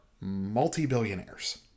multi-billionaires